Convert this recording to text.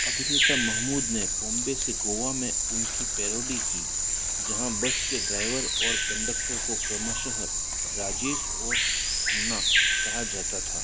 अभिनेता महमूद ने बॉम्बे से गोवा में उनकी पैरोडी की जहाँ बस के ड्राइवर और कंडक्टर को क्रमशः राजेश और खन्ना कहा जाता था